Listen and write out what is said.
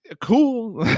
cool